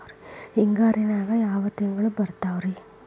ಹಿಂಗಾರಿನ್ಯಾಗ ಯಾವ ತಿಂಗ್ಳು ಬರ್ತಾವ ರಿ?